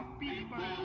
people